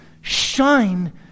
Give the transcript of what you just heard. shine